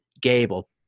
gable